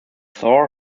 thor